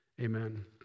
Amen